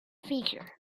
feature